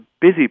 busy